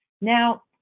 Now